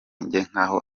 nk’aho